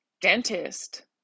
dentist